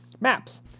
Maps